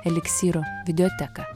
eliksyro videoteką